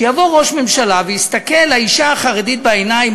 שיבוא ראש הממשלה ויסתכל לאישה החרדית בעיניים,